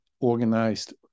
organized